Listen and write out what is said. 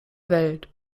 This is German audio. welt